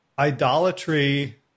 idolatry